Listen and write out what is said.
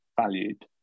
valued